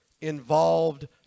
involved